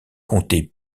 comptaient